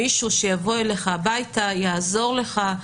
מישהו שיבוא אליך הביתה, יעזור לך.